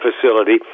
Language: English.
facility